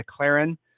McLaren